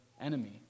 enemy